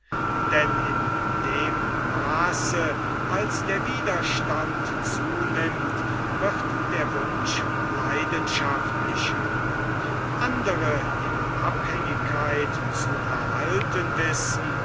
denn in dem maaße als der widerstand zunimmt wird der wunsch leidenschaftlicher andre in abhängigkeit zu erhalten wissen